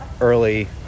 early